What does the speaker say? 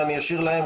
ואני אשאיר להם,